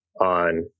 on